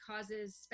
causes